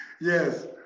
Yes